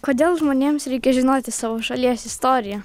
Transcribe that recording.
kodėl žmonėms reikia žinoti savo šalies istoriją